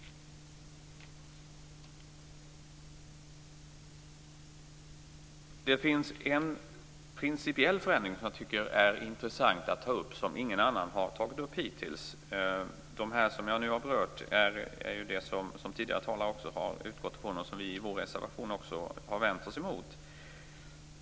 Det finns en principiell förändring som jag tycker är intressant att ta upp, och den har ingen annan hittills tagit upp. Det som jag hittills har berört har tidigare talare också utgått från, och det har vi i vår reservation också vänt oss emot.